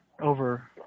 over